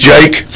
Jake